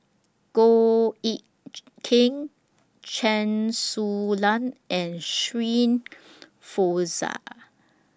Goh Eck Kheng Chen Su Lan and Shirin Fozdar